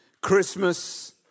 Christmas